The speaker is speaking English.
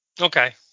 Okay